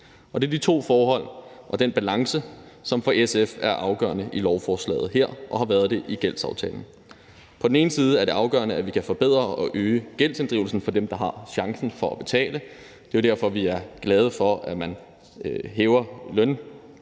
det er de to forhold og den balance, som for SF er afgørende i lovforslaget her og har været det i gældsaftalen. På den ene side er det afgørende, at vi kan forbedre og øge gældsinddrivelsen for dem, der har chancen for at betale. Det er jo derfor, vi er glade for, at man hæver